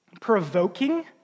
provoking